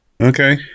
Okay